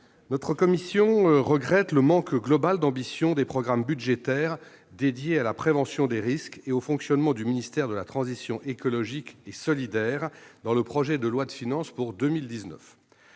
Notre commission regrette le manque global d'ambition des programmes budgétaires dédiés à la prévention des risques et au fonctionnement du ministère de la transition écologique et solidaire dans le projet de loi de finances pour 2019.